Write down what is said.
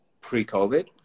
pre-COVID